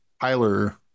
Tyler